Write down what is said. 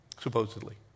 supposedly